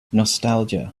nostalgia